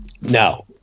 No